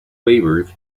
waivers